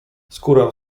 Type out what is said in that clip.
skórę